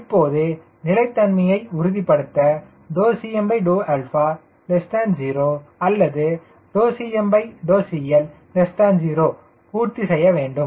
இப்போது நிலைத்தன்மையை உறுதிப்படுத்த Cma0 அல்லதுCmCL0 பூர்த்தி செய்ய வேண்டும்